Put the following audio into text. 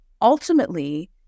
ultimately